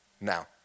now